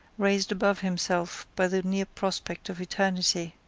raised above himself by the near prospect of eternity,